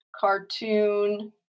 cartoon